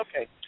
Okay